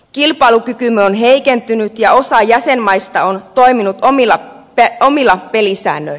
kilpailukykymme on heikentynyt ja osa jäsenmaista on toiminut omilla pelisäännöillään